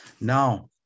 now